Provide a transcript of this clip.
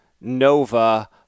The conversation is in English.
Nova